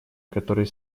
который